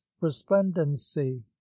resplendency